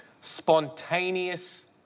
spontaneous